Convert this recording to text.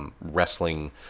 wrestling